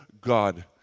God